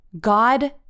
God